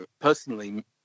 personally